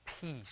Peace